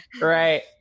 right